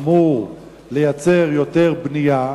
אמור לייצר יותר בנייה,